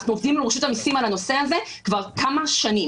אנחנו עובדים עם רשות המיסים על הנושא הזה כבר כמה שנים.